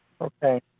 Okay